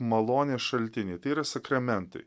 malonės šaltinį tai yra sakramentai